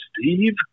Steve